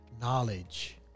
knowledge